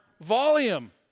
volume